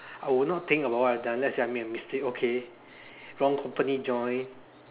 I would not think about what I've done let's say I made a mistake okay wrong company join